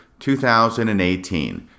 2018